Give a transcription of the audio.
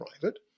private